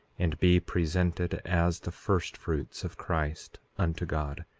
and be presented as the first-fruits of christ unto god,